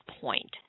point